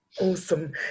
awesome